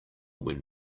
when